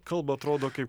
kalba atrodo kaip